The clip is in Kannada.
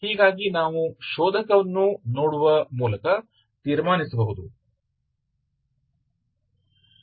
ಹೀಗಾಗಿ ನಾವು ಶೋಧಕವನ್ನು ನೋಡುವ ಮೂಲಕ ತೀರ್ಮಾನಿಸಬಹುದು